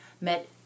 met